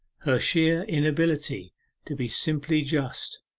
her sheer inability to be simply just,